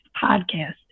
podcast